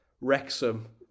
Wrexham